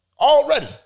Already